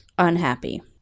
unhappy